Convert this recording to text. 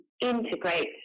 integrate